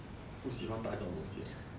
不喜欢带这种东西的